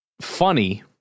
funny